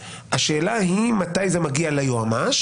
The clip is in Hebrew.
השאלה היא: מתי זה מגיע ליועמ"ש,